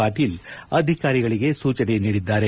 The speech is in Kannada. ಪಾಟೀಲ ಅಧಿಕಾರಿಗಳಿಗೆ ಸೂಚನೆ ನೀಡಿದ್ದಾರೆ